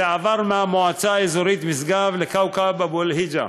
זה עבר מהמועצה האזורית משגב לכאוכב אבו-אל-היג'א.